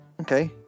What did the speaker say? Okay